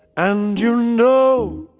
and you know,